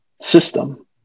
system